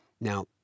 Now